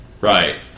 Right